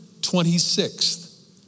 26th